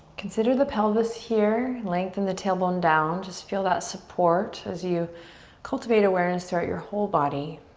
consider the pelvis here, lengthen the tailbone down. just feel that support as you cultivate awareness throughout your whole body.